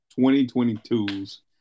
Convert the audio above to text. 2022's